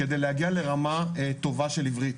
כדי להגיע לרמה טובה של עברית.